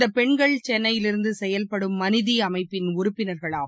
இந்தபெண்கள் சென்னையிலிருந்துசெயல்படும் மனிதிஅமைப்பின் உறுப்பினர்கள் ஆவர்